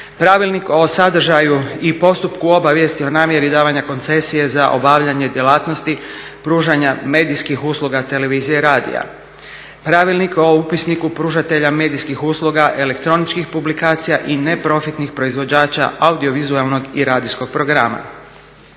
Pravilnik o sadržaju i postupku obavijesti o namjeri davanja koncesije za obavljanje djelatnosti pružanja medijskih usluga televizije i radija, pravilnik o upisniku pružatelja medijskih usluga elektroničkih publikacija i neprofitnih proizvođača audio vizualnog i radijskog programa